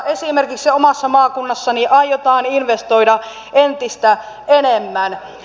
esimerkiksi omassa maakunnassani aiotaan investoida entistä enemmän